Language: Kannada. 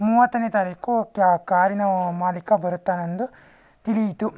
ಮೂವತ್ತನೇ ತಾರೀಕು ಕ್ಯಾ ಕಾರಿನ ಮಾಲೀಕ ಬರುತ್ತಾನೆಂದು ತಿಳಿಯಿತು